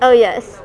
oh yes